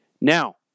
Now